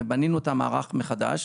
ובנינו את המערך מחדש,